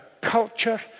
culture